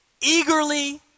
eagerly